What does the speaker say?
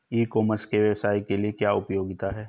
ई commerce के व्यवसाय के लिए क्या उपयोगिता है?